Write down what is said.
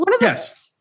Yes